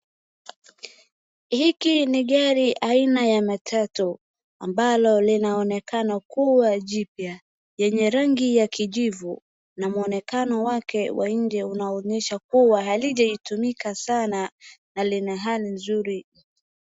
Hiki ni gari aina ya matatu ambalo linaonekana kuwa jipya yenye rangi ya kijivu na mwonekano wake wa nje unaonyesha kuwa halijaitumika sana na lina hali nzuri.